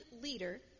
leader